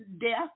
death